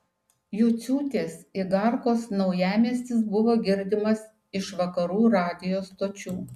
juciūtės igarkos naujamiestis buvo girdimas iš vakarų radijo stočių